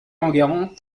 enguerrand